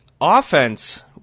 offense